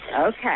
Okay